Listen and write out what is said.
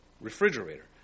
refrigerator